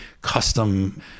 custom